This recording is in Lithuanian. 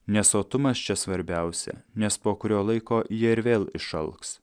ne sotumas čia svarbiausia nes po kurio laiko jie ir vėl išalks